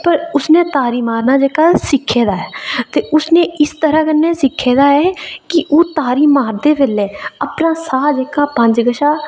पर उसने तारी मारना जेह्का सिक्खे दा ऐ ते उसने इस तरहां कन्नै सिक्खे दा ऐ की ओह् तारी मारदे बेल्लै अपना साह् जेह्का पंज कशा